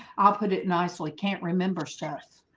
i'll put it nicely can't remember stress